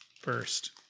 first